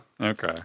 Okay